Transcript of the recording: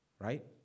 Right